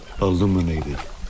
illuminated